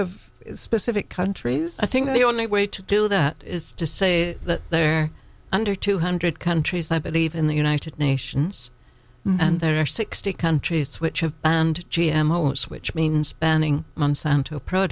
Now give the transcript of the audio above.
of specific countries i think the only way to do that is to say that they're under two hundred countries i believe in the united nations and there are sixty countries which have banned g m o most which means spending monsanto appro